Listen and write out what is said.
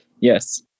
Yes